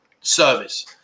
service